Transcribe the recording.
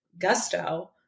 gusto